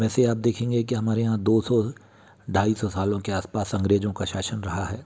वैसे आप देखेंगे कि हमारे यहाँ दो सौ ढाई सौ सालों के आस पास अंग्रेजों का शासन रहा है